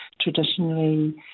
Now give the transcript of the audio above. traditionally